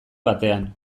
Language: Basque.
batean